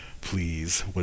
please